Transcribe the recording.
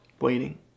waiting